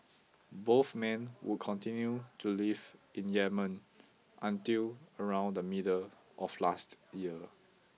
both men would continue to live in Yemen until around the middle of last year